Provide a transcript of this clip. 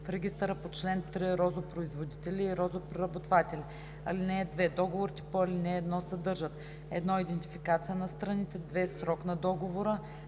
в регистъра по чл. 3 розопроизводители и розопреработватели. (2) Договорите по ал. 1 съдържат: 1. идентификация на страните; 2. срок на договора;